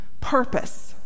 purpose